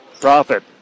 Profit